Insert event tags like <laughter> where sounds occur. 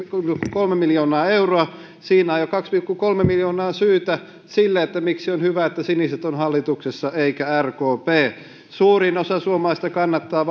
kolme miljoonaa euroa siinä on jo kaksi pilkku kolme miljoonaa syytä sille miksi on hyvä että siniset ovat hallituksessa eikä rkp suurin osa suomalaisista kannattaa <unintelligible>